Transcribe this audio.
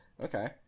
Okay